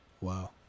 Wow